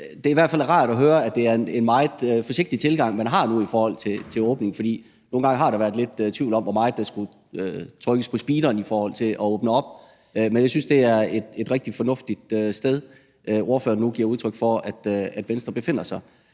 at det i hvert fald er rart at høre, at det er en meget forsigtig tilgang, man har nu, i forhold til åbning. For nogle gange har der været lidt tvivl om, hvor meget der skulle trykkes på speederen i forhold til at åbne op. Men jeg synes, det er et rigtig fornuftigt sted, ordføreren nu giver udtryk for at Venstre befinder sig.